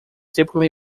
typically